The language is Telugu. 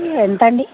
ఎంతండీ